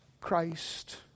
Christ